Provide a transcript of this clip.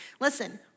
Listen